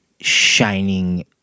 shining